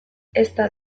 ezta